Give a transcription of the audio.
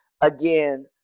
again